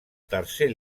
tercer